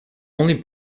only